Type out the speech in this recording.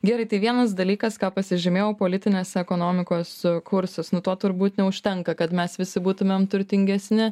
gerai tai vienas dalykas ką pasižymėjau politinės ekonomikos kursas nu to turbūt neužtenka kad mes visi būtumėm turtingesni